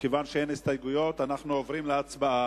מכיוון שאין הסתייגויות, אנו עוברים להצבעה.